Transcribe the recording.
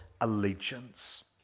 allegiance